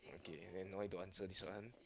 okay then why don't answer this one